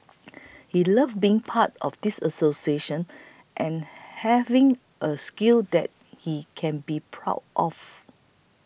he loved being part of this association and having a skill that he can be proud of